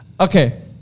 Okay